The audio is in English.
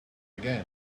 again